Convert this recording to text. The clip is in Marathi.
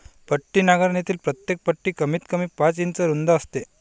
पट्टी नांगरणीतील प्रत्येक पट्टी कमीतकमी पाच इंच रुंद असते